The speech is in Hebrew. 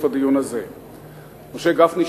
הדיון הזה חברי הכנסת הבאים: משה גפני,